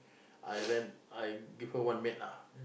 I rent I give her one maid lah